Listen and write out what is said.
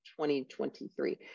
2023